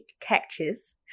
catches